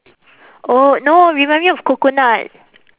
oh no remind me of coconut